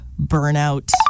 burnout